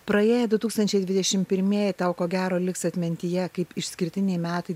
praėję du tūkstančiai dvidešim piemieji tau ko gero liks atmintyje kaip išskirtiniai metai